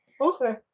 Okay